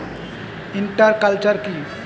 Inter culture কি?